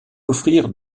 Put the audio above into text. offrir